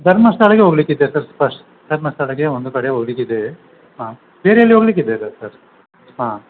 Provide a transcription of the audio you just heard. ಧರ್ಮಸ್ಥಳಗೆ ಹೋಗಲಿಕ್ಕಿದೆ sir first ಧರ್ಮಸ್ಥಳಗೆ ಒಂದು ಕಡೆ ಹೋಗಲಿಕ್ಕಿದೆ ಹಾಂ ಬೇರೆ ಎಲ್ಲಿ ಹೋಗಲಿಕ್ಕಿದೆ ಸ ಸರ್ ಹಾಂ